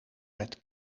met